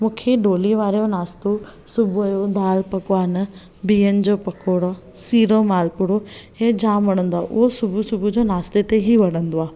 मूंखे डोली वारे जो नाश्तो सुबुह जो दाल पकवान भियन जो पकोड़ा सिरो माल पूरो इहे जाम वणन्दो आहे उह सुबुह सुबुह ते नाश्ते ते ई वणन्दो आहे